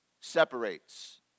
separates